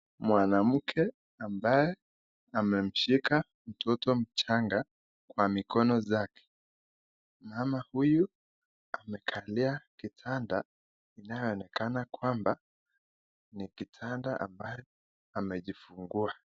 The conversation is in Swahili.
Mwanamke ambaye amemshika mtoto mchanga Kwa mikono zake, ama huyu amekalia kitanda inavyoonekana kwamba ni kitanda ambayo amejifungua.